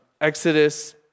Exodus